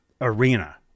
arena